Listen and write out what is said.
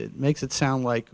it makes it sound like